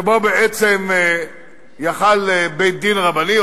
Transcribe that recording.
שבו בעצם יכול היה בית-דין רבני או